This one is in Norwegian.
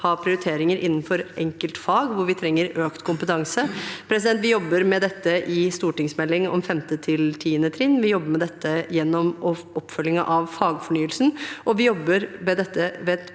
ha prioriteringer innenfor enkeltfag hvor vi trenger økt kompetanse. Vi jobber med dette i stortingsmeldingen om 5.–10. trinn, vi jobber med dette gjennom oppfølgingen av fagfornyelsen, og vi jobber med dette med et